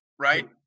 right